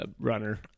runner